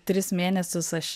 tris mėnesius aš